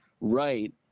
right